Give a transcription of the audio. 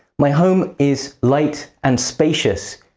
my home is light and spacious,